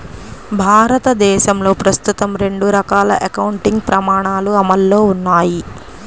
భారతదేశంలో ప్రస్తుతం రెండు రకాల అకౌంటింగ్ ప్రమాణాలు అమల్లో ఉన్నాయి